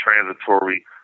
transitory